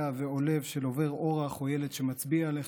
ועולב של עובר אורח או ילד שמצביע עליך,